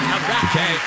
Okay